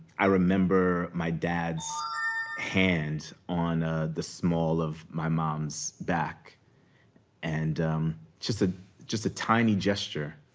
i remember my dad's hand on the small of my mom's back and just ah just a tiny gesture,